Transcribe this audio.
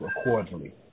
accordingly